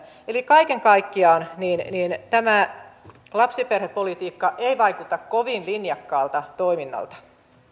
eli kaiken kaikkiaan tämä lapsiperhepolitiikka ei vaikuta kovin linjakkaalta toiminnalta